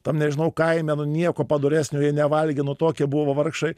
tam nežinau kaime nu nieko padoresnio jie nevalgė nu tokie buvo vargšai